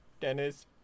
Dennis